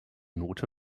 note